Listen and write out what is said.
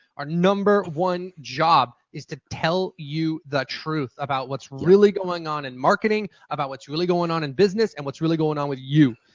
our number one job is to tell you the truth about what's really going on in marketing. about what's really going on in business. and about what's really going on with you.